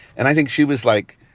and i think she was like,